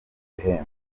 bihembo